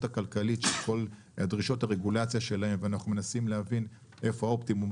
הכלכלית של כל דרישות הרגולציה ואנחנו מנסים להבין איפה האופטימום,